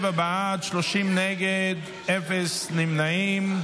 47 בעד, 30 נגד, אין נמנעים.